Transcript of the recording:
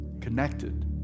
Connected